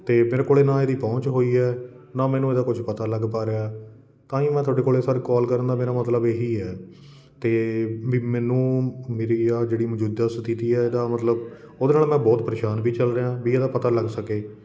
ਅਤੇ ਮੇਰੇ ਕੋਲ ਨਾ ਇਹਦੀ ਪਹੁੰਚ ਹੋਈ ਹੈ ਨਾ ਮੈਨੂੰ ਇਹਦਾ ਕੁਝ ਪਤਾ ਲੱਗ ਪਾ ਰਿਹਾ ਤਾਂਹੀ ਮੈਂ ਤੁਹਾਡੇ ਕੋਲੇ ਸਰ ਕੋਲ ਕਰਨ ਦ ਮੇਰਾ ਮਤਲਬ ਇਹੀ ਹੈ ਅਤੇ ਵੀ ਮੈਨੂੰ ਮੇਰੀ ਆਹ ਜਿਹੜੀ ਮੌਜੂਦਾ ਸਥਿਤੀ ਹੈ ਇਹਦਾ ਮਤਲਬ ਉਹਦੇ ਨਾਲ ਮੈਂ ਬਹੁਤ ਪ੍ਰੇਸ਼ਾਨ ਵੀ ਚੱਲ ਰਿਹਾਂ ਵੀ ਇਹਦਾ ਪਤਾ ਲੱਗ ਸਕੇ